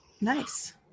Nice